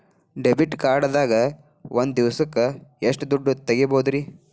Debit card ದಾಗ ಒಂದ್ ದಿವಸಕ್ಕ ಎಷ್ಟು ದುಡ್ಡ ತೆಗಿಬಹುದ್ರಿ?